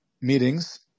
meetings